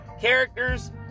characters